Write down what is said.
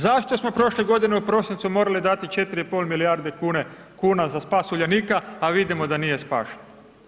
Zašto smo prošle godine u prosincu morali dati 4,5 milijarde kuna za spas Uljanika, a vidimo da nije spašen?